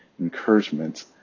encouragement